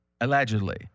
Allegedly